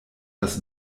das